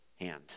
hand